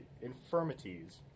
infirmities